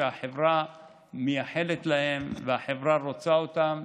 שהחברה מייחלת להם והחברה רוצה אותם,